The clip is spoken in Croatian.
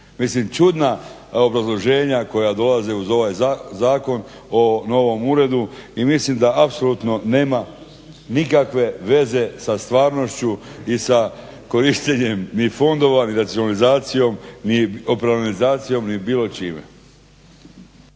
čudna obrazloženja koja dolaze uz ovaj zakon o novom uredu i mislim da apsolutno nema nikakve veza sa stvarnošću i sa korištenjem ni fondova, ni racionalizacijom, ni operacionalizacijom, ni bilo čime.